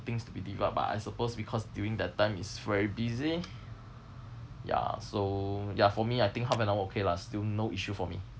things to be delivered but I suppose because during that time is very busy ya so ya for me I think half an hour okay lah still no issue for me